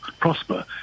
prosper